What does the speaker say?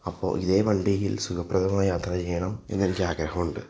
അപ്പോൾ ഇതേ വണ്ടിയിൽ സുഖപ്രദമായി യാത്ര ചെയ്യണം എന്നെനിക്കാഗ്രഹമുണ്ട്